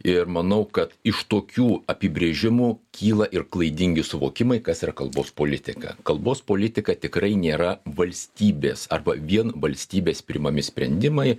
ir manau kad iš tokių apibrėžimų kyla ir klaidingi suvokimai kas yra kalbos politika kalbos politika tikrai nėra valstybės arba vien valstybės priimami sprendimai